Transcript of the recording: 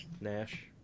Nash